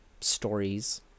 stories